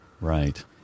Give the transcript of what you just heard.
Right